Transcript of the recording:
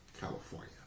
California